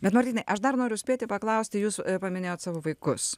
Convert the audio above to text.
bet martynai aš dar noriu spėti paklausti jūsų paminėjot savo vaikus